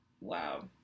wow